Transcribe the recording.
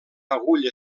agulla